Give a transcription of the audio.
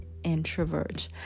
introvert